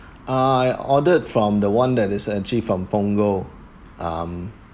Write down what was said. ah I ordered from the one that is actually from punggol um